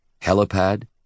helipad